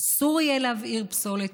אסור יהיה להבעיר פסולת,